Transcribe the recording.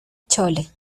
chole